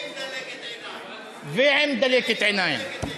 ועם דלקת עיניים.